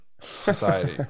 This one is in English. society